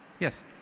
Yes